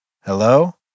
Hello